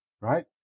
right